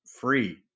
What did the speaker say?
free